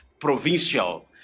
provincial